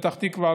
פתח תקווה,